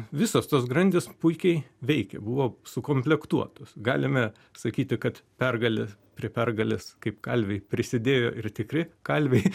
visos tos grandys puikiai veikė buvo sukomplektuotos galime sakyti kad pergalės prie pergalės kaip kalviai prisidėjo ir tikri kalviai